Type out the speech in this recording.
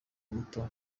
muto